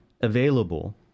available